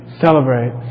celebrate